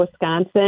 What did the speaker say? Wisconsin